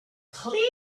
please